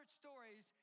stories